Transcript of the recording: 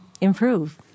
improve